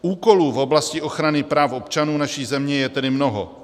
Úkolů v oblasti ochrany práv občanů naší země je tedy mnoho.